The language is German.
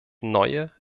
neue